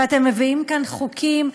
ואתם מביאים לכאן חוקים,